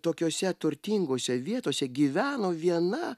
tokiose turtingose vietose gyveno viena